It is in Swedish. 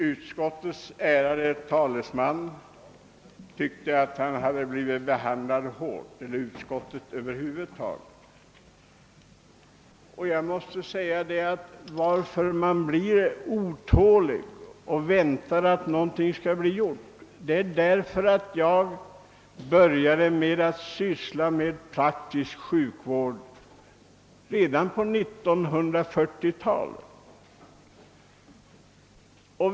Utskottets ärade talesman tyckte att utskottet hade blivit hårt Anledningen till att jag blir otålig och väntar på att någonting skall bli gjort är att jag började syssla med praktisk sjukvård redan på 1940-talet.